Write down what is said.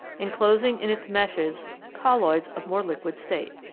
inclosing in its meshes colloids of more liquid state.